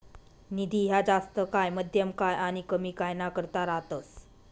निधी ह्या जास्त काय, मध्यम काय आनी कमी काय ना करता रातस